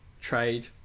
trade